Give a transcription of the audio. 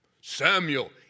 Samuel